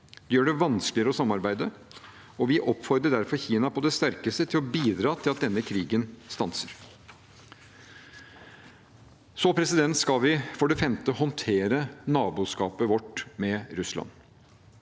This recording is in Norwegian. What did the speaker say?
Det gjør det vanskeligere å samarbeide. Vi oppfordrer derfor Kina på det sterkeste til å bidra til at denne krigen stanser. Vi skal for det femte håndtere naboskapet vårt med Russland.